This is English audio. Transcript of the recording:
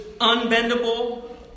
unbendable